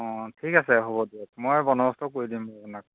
অঁ ঠিক আছে হ'ব দিয়ক মই বনবস্ত কৰি দিম বাৰু আপোনাক